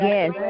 Yes